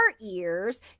ears